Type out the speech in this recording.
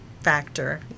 factor